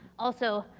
also,